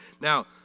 Now